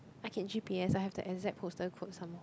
I can g_p_s I have the exact postal code some more